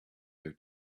their